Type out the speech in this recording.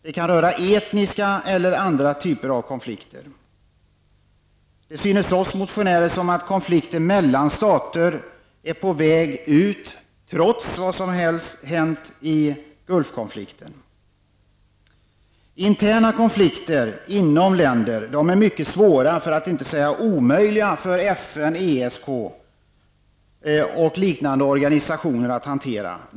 Det kan röra etniska eller andra typer av konflikter. Det synes oss motionärer som om konflikten mellan stater är på väg ut, trots vad som hänt i Gulfkonflikten. Interna konflikter inom länder är mycket svåra för att inte säga omöjliga för FN, ESK och liknande organisationer att hantera.